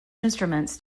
instruments